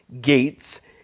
gates